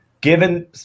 given